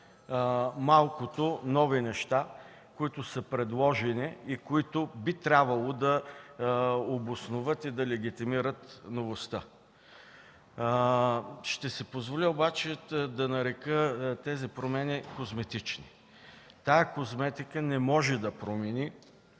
малкото нови предложени неща, които би трябвало да обосноват и легитимират новостта. Ще си позволя обаче да нарека тези промени „козметични”. Да, тази козметика не може да промени